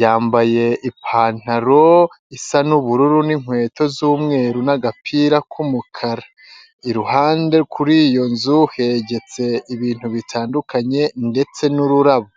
yambaye ipantaro isa n'ubururu n'inkweto z'umweru n'agapira k'umukara, iruhande kuri iyo nzu hegetse ibintu bitandukanye ndetse n'ururabo.